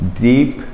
deep